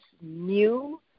new